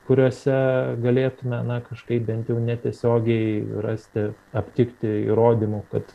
kuriose galėtume na kažkaip bent jau netiesiogiai rasti aptikti įrodymų kad